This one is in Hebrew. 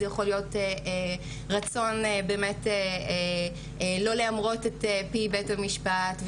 זה יכול להיות רצון שלא להמרות את פי בית המשפט,